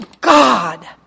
God